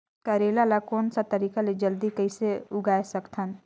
करेला ला कोन सा तरीका ले जल्दी कइसे उगाय सकथन?